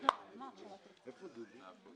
אז אין לי מה להביא את זה.